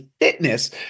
fitness